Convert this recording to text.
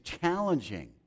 challenging